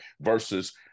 versus